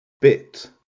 bit